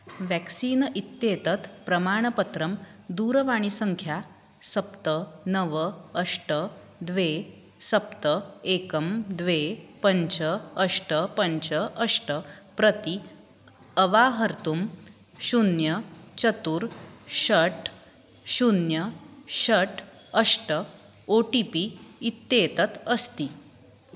vaccine इत्येतत् प्रमाणपत्रं दूरवाणीसङ्ख्या सप्त नव अष्ट द्वे सप्त एकं द्वे पञ्च अष्ट पञ्च अष्ट प्रति अवाहर्तुं शून्यं चत्वारि षट् शून्यं षट् अष्ट ओ टि पि इत्येतत् अस्ति